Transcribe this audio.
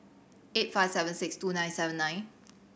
eight five seven six two nine seven nine